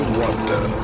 wonder